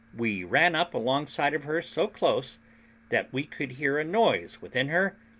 we ran up alongside of her so close that we could hear a noise within her,